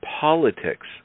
Politics